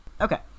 okay